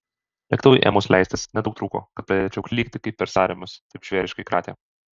lėktuvui ėmus leistis nedaug trūko kad pradėčiau klykti kaip per sąrėmius taip žvėriškai kratė